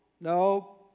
no